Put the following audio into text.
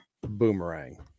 Boomerang